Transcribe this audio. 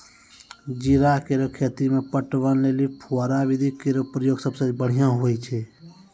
जीरा केरो खेती म पटवन लेलि फव्वारा विधि केरो प्रयोग सबसें बढ़ियां होय छै